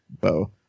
bow